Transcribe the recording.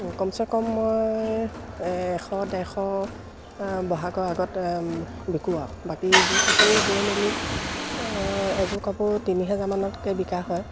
কমচে কম মই এশ ডেৰশ বহাগৰ আগত বিকো আও কাপোৰ বৈ মেলি এযোৰ কাপোৰ তিনি হেজাৰমানতকে বিকা হয়